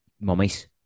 mummies